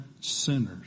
sinners